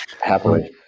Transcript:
Happily